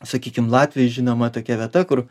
sakykim latvijoj žinoma tokia vieta kur